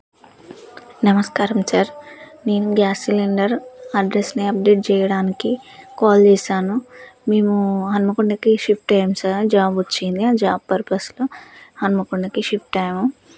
నమస్కారం సార్ నేను gas cylinder అడ్రస్ని అప్డేట్ జెయ్యడానికి కాల్ చేశాను మేము హన్మకొండకి షిఫ్ట్ అయ్యాం సార్ జాబోచ్చింది ఆ జాబ్ పర్పస్లో హన్మకొండకి షిఫ్ట్ అయ్యాము